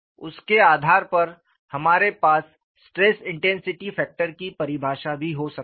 उसके आधार पर हमारे पास स्ट्रेस इंटेंसिटी फैक्टर की परिभाषा भी हो सकती है